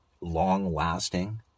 long-lasting